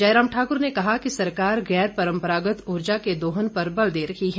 जयराम ठाकुर ने कहा कि सरकार गैर परम्परागत ऊर्जा के दोहन पर बल दे रही है